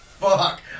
fuck